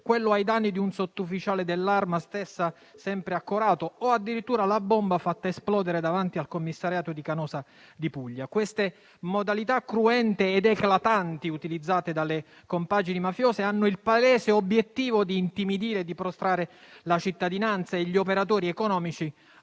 atto ai danni di un sottufficiale sempre dell'Arma a Corato o addirittura la bomba fatta esplodere davanti al commissariato di Canosa di Puglia. Queste modalità cruente ed eclatanti utilizzate dalle compagini mafiose hanno il palese obiettivo di intimidire e di prostrare la cittadinanza e gli operatori economici